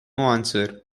answer